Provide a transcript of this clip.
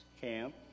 camp